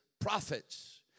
prophets